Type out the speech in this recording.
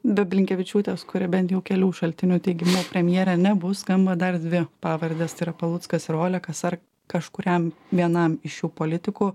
be blinkevičiūtės kuri bent jau kelių šaltinių teigimu premjerė nebus skamba dar dvi pavardės tai yra paluckas ir olekas ar kažkuriam vienam iš šių politikų